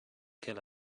kill